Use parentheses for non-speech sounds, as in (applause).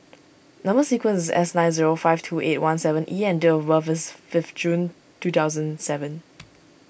Number Sequence is S nine zero five two eight one seven E and date of birth is five June two thousand seven (noise)